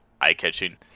eye-catching